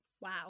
Wow